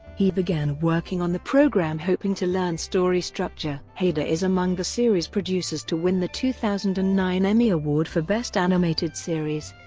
he began working on the program hoping to learn story structure. hader is among the series producers to win the two thousand and nine emmy award for best animated series.